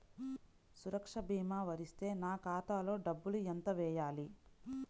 సురక్ష భీమా వర్తిస్తే నా ఖాతాలో డబ్బులు ఎంత వేయాలి?